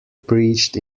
preached